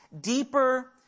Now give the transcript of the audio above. deeper